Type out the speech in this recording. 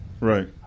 Right